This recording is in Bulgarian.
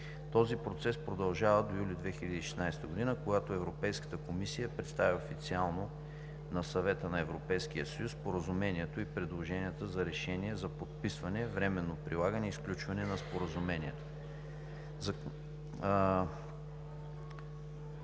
Този процес продължава до юли 2016 г., когато Европейската комисия представя официално на Съвета на Европейския съюз Споразумението и предложения за решения за подписване, временно прилагане и сключване на Споразумението.